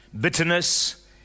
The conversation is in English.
bitterness